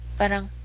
parang